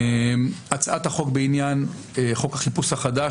הצעת החוק בעניין חוק החיפוש החדש,